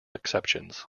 exceptions